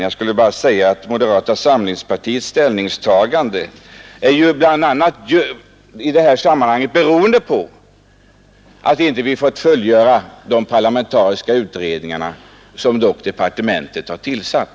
Jag vill bara säga att moderata samlingspartiets ställningstagande i sammanhanget bl.a. beror på att vi inte fått fullfölja de parlamentariska utredningar som dock departementet har tillsatt.